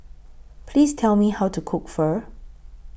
Please Tell Me How to Cook Pho